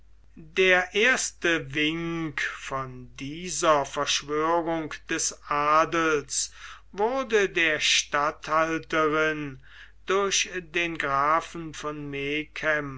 der erste wink von dieser verschwörung des adels wurde der statthalterin durch den grafen von